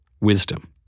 Wisdom